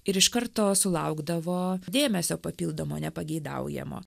ir iš karto sulaukdavo dėmesio papildomo nepageidaujamo